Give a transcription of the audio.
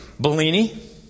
Bellini